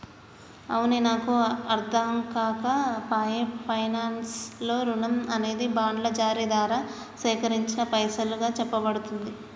అవునే నాకు అర్ధంకాక పాయె పైనాన్స్ లో రుణం అనేది బాండ్ల జారీ దారా సేకరించిన పైసలుగా సెప్పబడుతుందా